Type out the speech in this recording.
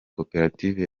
koperative